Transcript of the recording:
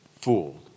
fooled